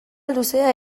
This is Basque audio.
luzea